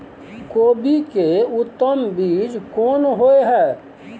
कोबी के उत्तम बीज कोन होय है?